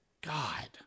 God